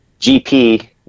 GP